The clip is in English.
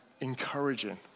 encouraging